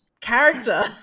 character